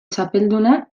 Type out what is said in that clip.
txapelduna